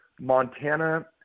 Montana